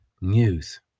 news